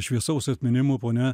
šviesaus atminimo ponia